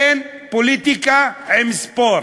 אין פוליטיקה עם ספורט,